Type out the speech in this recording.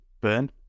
Burn